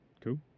Cool